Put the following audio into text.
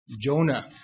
Jonah